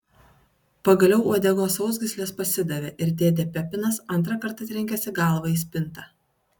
pagaliau uodegos sausgyslės pasidavė ir dėdė pepinas antrą kartą trenkėsi galva į spintą